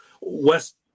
West